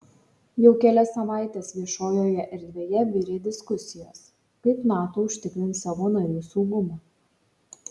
jau kelias savaites viešojoje erdvėje virė diskusijos kaip nato užtikrins savo narių saugumą